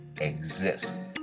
exist